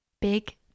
Big